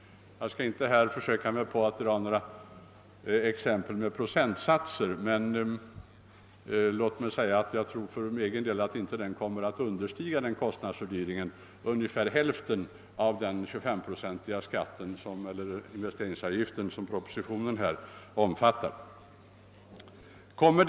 Jag skall inte försöka mig på att ange några pröcentsatser, men jag tror för min del att kostnadsfördyringen inte kommer att understiga hälften av den 25-procentiga investeringsavgift som föreslås i propositionen.